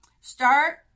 Start